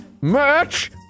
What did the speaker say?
merch